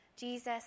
Jesus